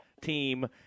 team